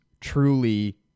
truly